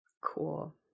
Cool